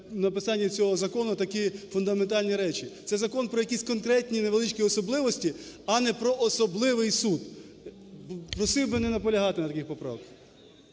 написанні цього закону такі фундаментальні речі, це закон про якісь конкретні невеличкі особливості, а не про особливий суд, просив би не наполягати на таких поправках.